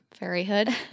fairyhood